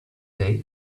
day